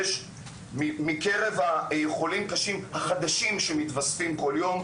מקרב החולים הקשים החדשים שמתווספים כל יום,